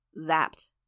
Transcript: Zapped